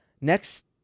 Next